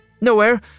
nowhere